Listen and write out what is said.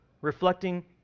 Reflecting